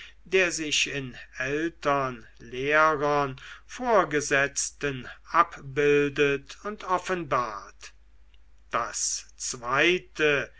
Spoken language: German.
der sich in eltern lehrern vorgesetzten abbildet und offenbart das zweite